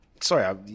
Sorry